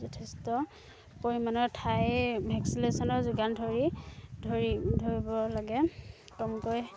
যথেষ্ট পৰিমাণৰ ঠাই ভেকচিনেশ্যনৰ যোগান ধৰি ধৰি ধৰিব লাগে কমকৈ